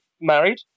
Married